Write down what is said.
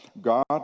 God